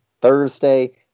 Thursday